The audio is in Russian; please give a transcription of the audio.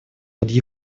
под